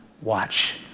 watch